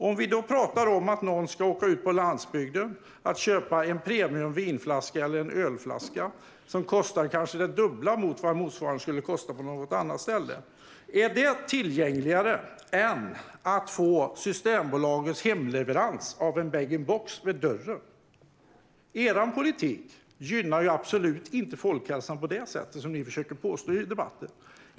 Är det mer tillgängligt att åka ut på landsbygden och köpa en flaska premiumvin eller premiumöl, som kanske kostar det dubbla mot vad motsvarande skulle kosta någon annanstans, än att via Systembolagets hemleverans få en bag-in-box till dörren? Er politik gynnar absolut inte folkhälsan på det sätt som ni påstår i debatten.